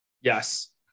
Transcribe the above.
Yes